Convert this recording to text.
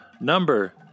number